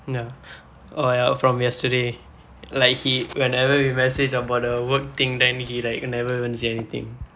ya oh ya from yesterday like he whenever we message about the work thing then he like never even say anything